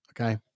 okay